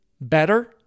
better